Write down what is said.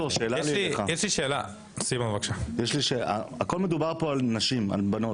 שאלה בכול מדובר פה על נשים, על בנות.